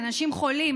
מאנשים חולים,